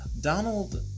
Donald